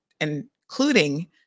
including